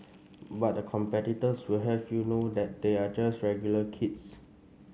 but the competitors will have you know that they are just regular kids